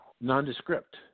nondescript